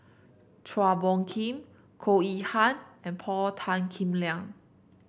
Chua Phung Kim Goh Yihan and Paul Tan Kim Liang